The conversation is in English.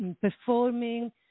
performing